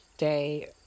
day